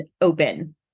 open